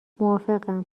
موافقم